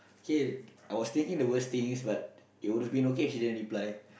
K I was thinking the worst things but it would have been okay if you didn't reply